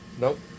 nope